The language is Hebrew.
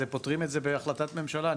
פותרים את זה בהחלטת ממשלה,